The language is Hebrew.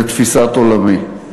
לתפיסת עולמי.